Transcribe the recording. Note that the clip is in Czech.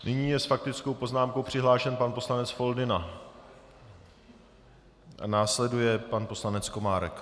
Nyní je s faktickou poznámkou přihlášen pan poslanec Foldyna, následuje pan poslanec Komárek.